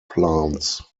plants